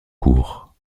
cours